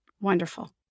Wonderful